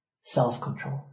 self-control